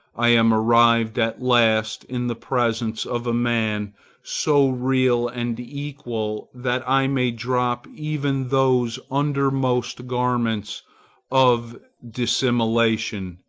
i am arrived at last in the presence of a man so real and equal that i may drop even those undermost garments of dissimulation,